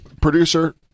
producer